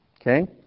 Okay